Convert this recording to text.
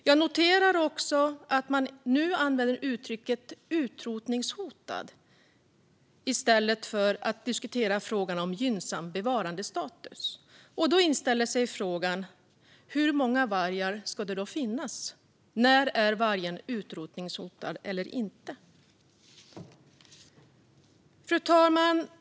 Jag noterar också att man nu använder uttrycket utrotningshotad i stället för att diskutera frågan om gynnsam bevarandestatus. Då inställer sig frågan: Hur många vargar ska det då finnas? När är vargen utrotningshotad eller inte? Fru talman!